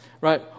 Right